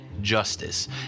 Justice